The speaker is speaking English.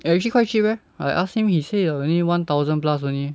eh actually quite cheap leh I asked him he said err only one thousand plus only